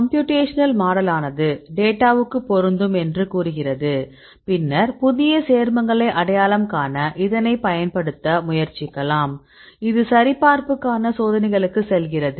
computational மாடலானது டேட்டாவுக்கு பொருந்தும் என்று கூறுகிறது பின்னர் புதிய சேர்மங்களை அடையாளம் காண இதனை பயன்படுத்த முயற்சிக்கலாம் இது சரிபார்ப்புக்கான சோதனைகளுக்குச் செல்கிறது